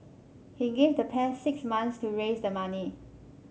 he gave the pair six months to raise the money